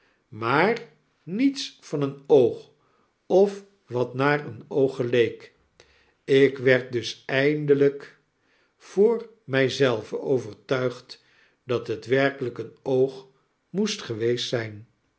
maar niets van een oog ofwatnaar een oog geleek ik werd dus eindelyk voor my zelve overtuigd dat het werkelyk een oog moest geweest zyn